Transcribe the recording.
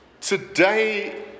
today